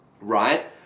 right